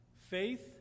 faith